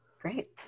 great